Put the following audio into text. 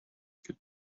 could